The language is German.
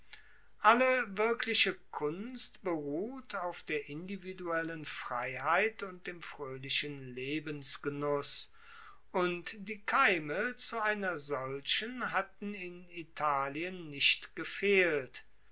alle wirkliche kunst beruht auf der individuellen freiheit und dem froehlichen lebensgenuss und die keime zu einer solchen hatten in italien nicht gefehlt